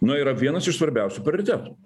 na yra vienas iš svarbiausių prioritetų